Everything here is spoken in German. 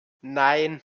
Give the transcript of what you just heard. nein